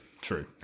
true